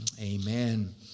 amen